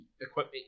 equipment